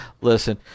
Listen